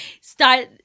start